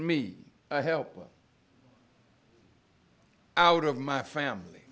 me help out of my family